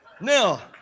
Now